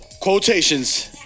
quotations